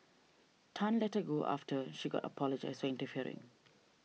Tan let her go after she got apologised for interfering